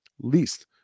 least